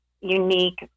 unique